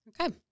okay